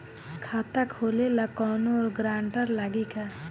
खाता खोले ला कौनो ग्रांटर लागी का?